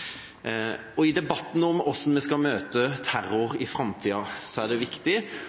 I debatten om hvordan vi skal møte terror i framtida, er det viktig